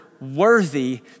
worthy